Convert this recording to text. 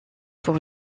pour